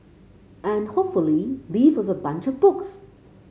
and hopefully leave with a bunch of books